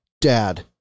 dad